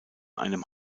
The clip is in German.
einem